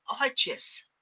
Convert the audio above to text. arches